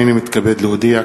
הנני מתכבד להודיע,